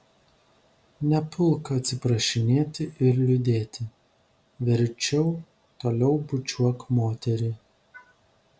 nepulk atsiprašinėti ir liūdėti verčiau toliau bučiuok moterį